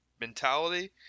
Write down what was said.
mentality